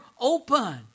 open